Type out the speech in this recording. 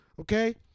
Okay